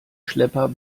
schlepper